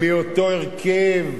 מאותו הרכב,